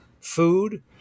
food